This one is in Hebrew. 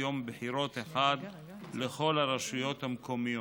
יום בחירות אחד לכל הרשויות המקומיות.